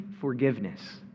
forgiveness